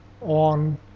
on